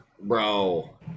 Bro